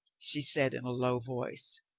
she said in a low voice.